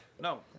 No